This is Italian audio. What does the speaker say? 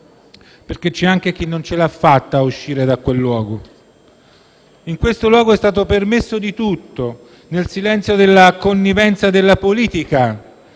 (perché c'è anche chi non ce l'ha fatta ad uscire da quel luogo). In questo luogo è stato permesso di tutto nel silenzio e con la connivenza della politica,